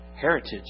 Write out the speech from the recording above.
heritage